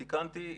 תיקנתי,